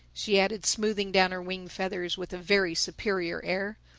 she added smoothing down her wing-feathers with a very superior air,